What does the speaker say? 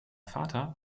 vater